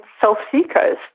self-seekers